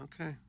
Okay